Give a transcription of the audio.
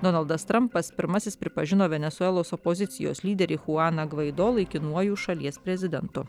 donaldas trampas pirmasis pripažino venesuelos opozicijos lyderį chuaną gvaido laikinuoju šalies prezidentu